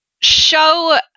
show